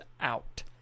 out